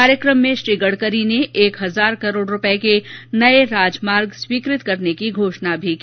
कार्यक्रम में श्री गडकरी ने एक हजार करोड़ के नये राजमार्ग स्वीकृत करने की घोषणा भी की